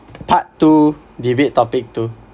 part two debate topic two